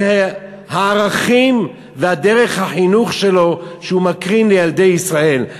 זה הערכים ודרך החינוך שלו שהוא מקרין לילדי ישראל.